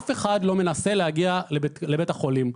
אף אחד לא מנסה להגיע לבית החולים.